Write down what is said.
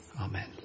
Amen